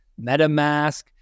MetaMask